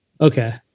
okay